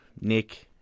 nick